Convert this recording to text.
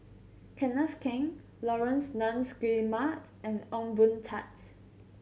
Kenneth Keng Laurence Nunns Guillemard and Ong Boon Tat